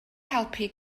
helpu